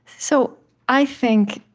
so i think,